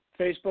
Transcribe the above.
facebook